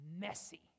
messy